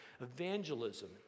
Evangelism